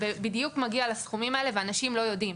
זה בדיוק מגיע לסכומים האלה ואנשים לא יודעים.